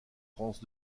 france